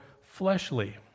fleshly